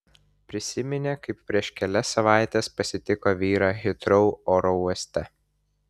prisiminė kaip prieš kelias savaites pasitiko vyrą hitrou oro uoste